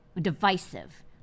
divisive